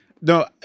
No